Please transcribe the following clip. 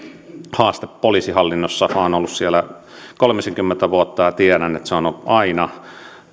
haaste poliisihallinnossa minä olen ollut siellä kolmisenkymmentä vuotta ja tiedän että se on haaste aina